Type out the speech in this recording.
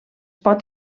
pot